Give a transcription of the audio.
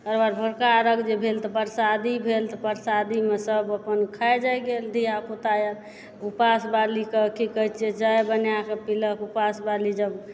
भोरका अरघ जे भेल तऽ परसादी भेल तऽ परसादीमे सभ अपन खाइ जाइ गेल धियापुता आर उपास बाली कऽ की कहय छिऐ चाय बनाए कऽ पिलक उपास बाली जभ खैलक